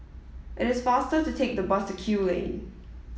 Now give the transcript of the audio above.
it is faster to take the bus to Kew Lane